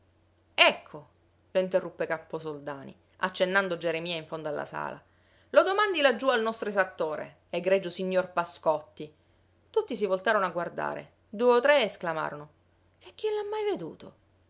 ecco lo interruppe camposoldani accennando geremia in fondo alla sala lo domandi laggiù al nostro esattore egregio signor pascotti tutti si voltarono a guardare due o tre esclamarono e chi l'ha mai veduto